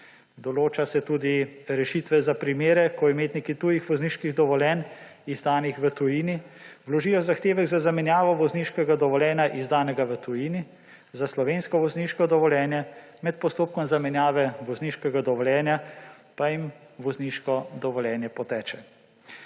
Določa se tudi rešitve za primere, ko imetniki tujih vozniških dovoljenj, izdanih v tujini, vložijo zahtevek za zamenjavo vozniškega dovoljenja, izdanega v tujini, za slovensko vozniško dovoljenje, med postopkom zamenjave vozniškega dovoljenja pa jim vozniško dovoljenje poteče.